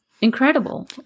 incredible